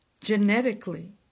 genetically